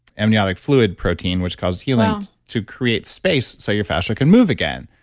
amniotic fluid protein, which causes healing to create space so your fascia can move again.